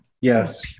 Yes